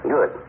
Good